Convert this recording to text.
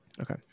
Okay